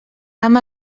amb